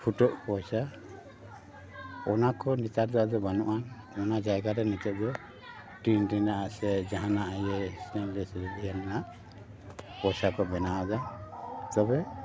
ᱯᱷᱩᱴᱟᱹᱜ ᱯᱚᱭᱥᱟ ᱚᱱᱟ ᱠᱚ ᱱᱮᱛᱟᱨ ᱫᱚ ᱟᱫᱚ ᱵᱟᱹᱱᱩᱜ ᱟᱱ ᱚᱱᱟ ᱡᱟᱭᱜᱟ ᱨᱮ ᱱᱮᱛᱟᱨ ᱫᱚ ᱴᱤᱱ ᱨᱮᱱᱟᱜ ᱥᱮ ᱡᱟᱦᱟᱱᱟ ᱤᱭᱟᱹ ᱨᱮᱱᱟᱜ ᱯᱚᱭᱥᱟ ᱠᱚ ᱵᱮᱱᱟᱣ ᱮᱫᱟ ᱛᱚᱵᱮ